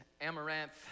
amaranth